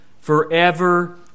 forever